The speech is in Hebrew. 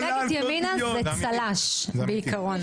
מפלגת ימינה זה צל"ש בעיקרון.